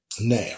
Now